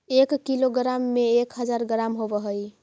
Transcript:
एक किलोग्राम में एक हज़ार ग्राम होव हई